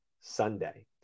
Sunday